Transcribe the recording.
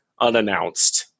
unannounced